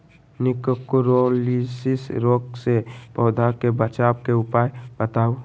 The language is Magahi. निककरोलीसिस रोग से पौधा के बचाव के उपाय बताऊ?